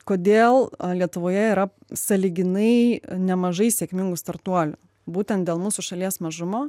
kodėl lietuvoje yra sąlyginai nemažai sėkmingų startuolių būtent dėl mūsų šalies mažumo